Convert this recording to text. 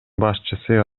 башчысы